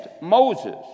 Moses